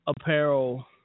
apparel